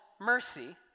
Mercy